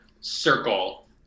circle